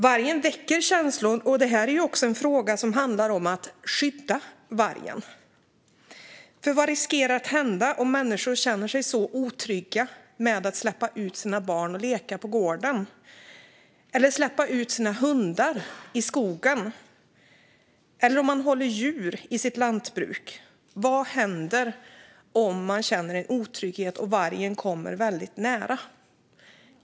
Vargen väcker känslor, och det handlar också om att skydda vargen. Vad riskerar att hända om människor inte känner sig trygga med att släppa ut sina barn för att leka på gården eller släppa sina hundar i skogen eller om de upplever fara för de djur de håller i sitt lantbruk? Vad händer om man känner otrygghet och vargen kommer väldigt nära?